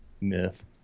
Myth